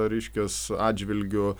reiškias atžvilgiu